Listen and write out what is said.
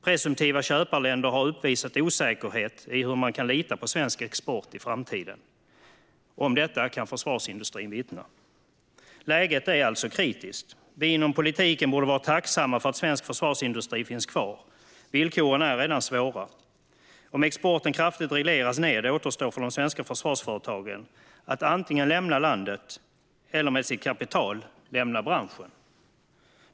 Presumtiva köparländer har uppvisat osäkerhet i huruvida man kan lita på svensk export i framtiden. Om detta kan försvarsindustrin vittna. Läget är alltså kritiskt. Vi inom politiken borde vara tacksamma för att svensk försvarsindustri finns kvar. Villkoren är redan svåra. Om exporten kraftigt regleras ned återstår för de svenska försvarsföretagen att antingen lämna landet eller, med sitt kapital, lämna branschen.